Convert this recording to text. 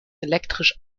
elektrisch